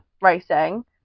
racing